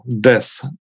death